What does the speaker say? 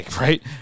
right